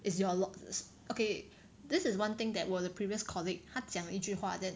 is your locks is okay this is one thing that 我的 previous colleague 他讲一句话 then